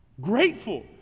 grateful